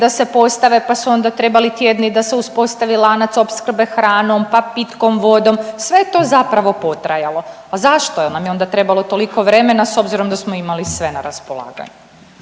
da se postave pa su onda trebali tjedni da se uspostavi lanac opskrbe hranom, pa pitkom vodom sve je to zapravo potrajalo. A zašto jel nam je onda trebalo toliko vremena s obzirom da smo imali sve na raspolaganju?